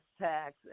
tax